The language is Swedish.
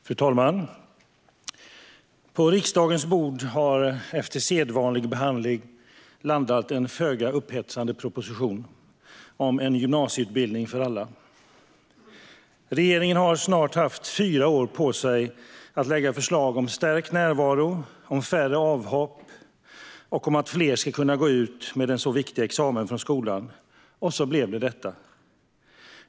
Fru talman! På riksdagens bord har det, efter sedvanlig behandling, landat en föga upphetsande proposition om en gymnasieutbildning för alla. Regeringen har snart haft fyra år på sig att lägga fram förslag om stärkt närvaro, om färre avhopp och om att fler ska kunna gå ut med en viktig examen från skolan - och så blev det detta.